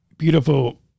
beautiful